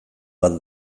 bat